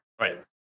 Right